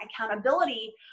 accountability